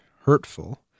hurtful